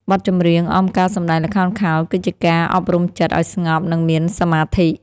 បទចម្រៀងអមការសម្ដែងល្ខោនខោល គឺជាការអប់រំចិត្តឱ្យស្ងប់ និងមានសមាធិ។